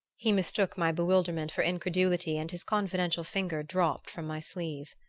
he mistook my bewilderment for incredulity and his confidential finger dropped from my sleeve.